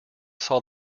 saw